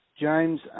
James